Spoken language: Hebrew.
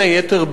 בין היתר,